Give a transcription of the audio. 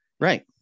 Right